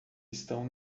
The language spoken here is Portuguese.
estão